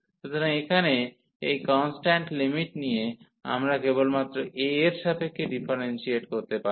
সুতরাং এখানে এই কন্সট্যান্ট লিমিট নিয়ে আমরা কেবলমাত্র a এর সাপেক্ষে ডিফারেন্সিয়েট করতে পারি